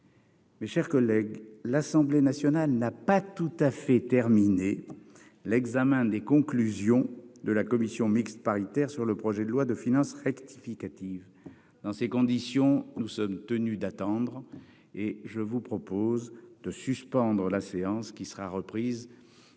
Mes chers collègues, l'Assemblée nationale n'ayant pas tout à fait achevé l'examen des conclusions de la commission mixte paritaire sur le projet de loi de finances rectificative, nous sommes tenus d'attendre. Je vais donc suspendre la séance, qui sera reprise